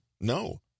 no